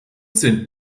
sind